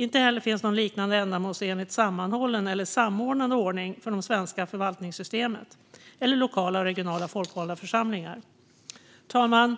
Inte heller finns någon liknande ändamålsenligt sammanhållen eller samordnad ordning för det svenska förvaltningssystemet eller lokala och regionala folkvalda församlingar. Herr talman!